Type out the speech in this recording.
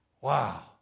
Wow